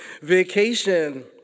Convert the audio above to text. vacation